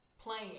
playing